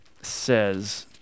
says